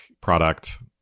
product